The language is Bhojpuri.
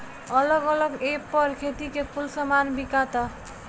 अलग अलग ऐप पर खेती के कुल सामान बिकाता